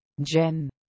Jen